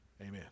amen